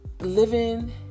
living